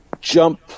jump